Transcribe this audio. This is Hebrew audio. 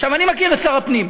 עכשיו, אני מכיר את שר הפנים.